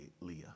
Leah